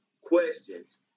Questions